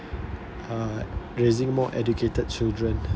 uh raising more educated children